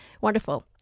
Wonderful